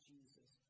Jesus